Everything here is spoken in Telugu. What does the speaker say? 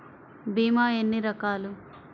భీమ ఎన్ని రకాలు?